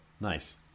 Nice